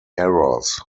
errors